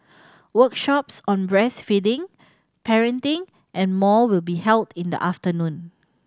workshops on breastfeeding parenting and more will be held in the afternoon